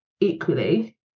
Equally